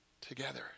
together